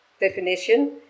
definition